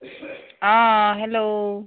অ hello